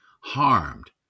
harmed